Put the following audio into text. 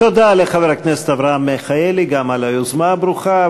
לחבר הכנסת אברהם מיכאלי, גם על היוזמה הברוכה.